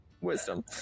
wisdom